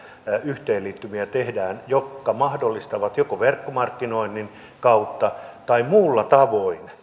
yhteenliittymiä jotka mahdollistavat joko verkkomarkkinoinnin kautta tai muulla tavoin